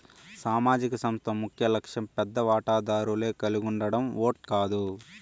సామాజిక సంస్థ ముఖ్యలక్ష్యం పెద్ద వాటాదారులే కలిగుండడం ఓట్ కాదు